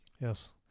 Yes